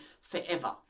forever